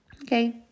Okay